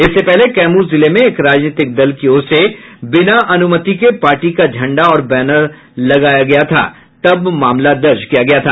इससे पहले कैमूर जिले में एक राजनीतिक दल की ओर से बिना अनुमति के पार्टी का झंडा और बैनर लगाया गया था तब मामला दर्ज किया गया था